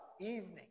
evening